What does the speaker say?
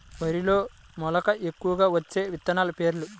వరిలో మెలక ఎక్కువగా వచ్చే విత్తనాలు పేర్లు?